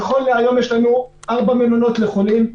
אבל נכון להיום יש לנו ארבעה מלונות לחולים,